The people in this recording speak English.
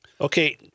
Okay